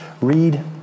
read